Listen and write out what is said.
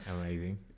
Amazing